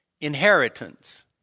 Inheritance